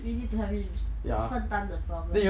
we need to help him 分担 the problem